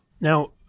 Now